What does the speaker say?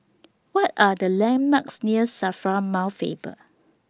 What Are The landmarks near SAFRA Mount Faber